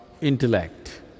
intellect